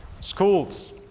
schools